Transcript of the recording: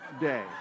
day